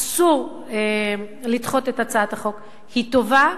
אסור לדחות את הצעת החוק, היא טובה,